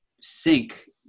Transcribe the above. sync